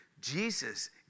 Jesus